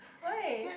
why